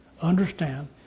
understand